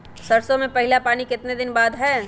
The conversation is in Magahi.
सरसों में पहला पानी कितने दिन बाद है?